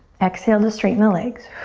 exhale to straighten the legs.